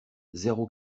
zéro